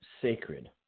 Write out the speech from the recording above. sacred